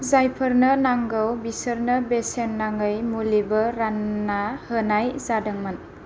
जायफोरनो नांगौ बिसोरनो बेसेन नाङै मुलिबो रान्ना होनाय जादोंमोन